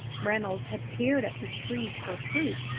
reynolds had peered at the trees for fruit,